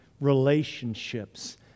relationships